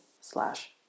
slash